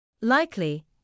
Likely